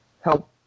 help